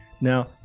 Now